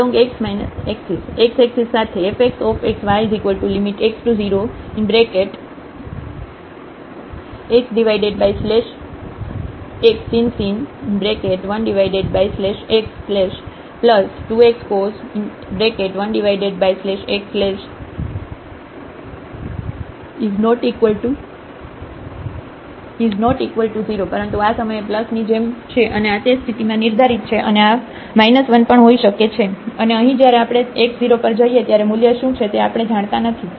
Alongx axis x axis સાથે fxxy x→0xxsin 1x 2xcos1|x|0 પરંતુ આ સમયે આ 1 ની જેમ છે અને આ તે સ્થિતિમાં નિર્ધારિત છે અને આ 1 પણ હોઈ શકે છે અને અહીં જ્યારે આપણે x 0 પર જઈએ ત્યારે મૂલ્ય શું છે તે આપણે જાણતા નથી